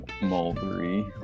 mulberry